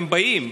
הם באים.